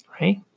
right